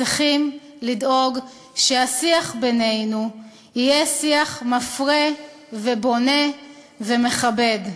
צריכים לדאוג שהשיח בינינו יהיה שיח מפרה ובונה ומכבד.